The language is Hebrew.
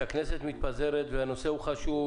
שהכנסת מתפזרת והנושא חשוב